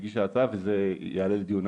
אנחנו לא יכולים לדעת מי היום מועסק בהפועל.